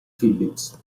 phillips